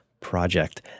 project